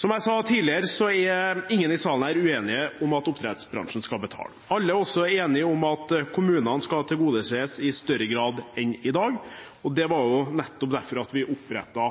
Som jeg sa tidligere, er ingen i salen her uenige om at oppdrettsbransjen skal betale. Alle er også enige om at kommunene skal tilgodeses i større grad enn i dag. Det var nettopp derfor vi